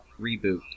reboot